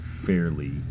fairly